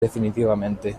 definitivamente